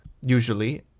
usually